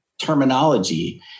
terminology